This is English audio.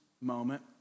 moment